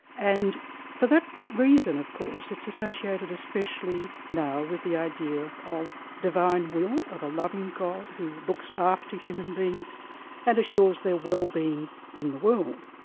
and for that reason of course, it's associated especially now with the idea of divine will, of a loving god who looks after human beings and assures their wellbeing in the world.